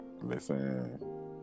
Listen